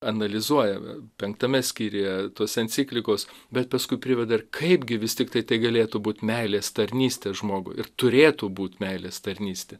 analizuoja penktame skyriuje tos enciklikos bet paskui priveda ir kaipgi vis tiktai tai galėtų būti meilės tarnystė žmogui ir turėtų būt meilės tarnystė